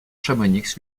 chamonix